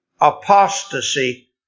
apostasy